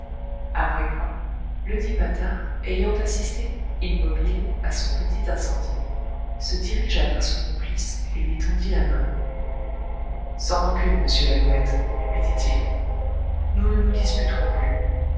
après quoi le dit patard ayant assisté immobile à son petit incendie se dirigea vers son complice et lui tendit la main sans rancune monsieur lalouette lui dit-il nous ne nous disputerons plus